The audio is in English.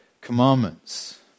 commandments